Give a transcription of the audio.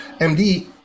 MD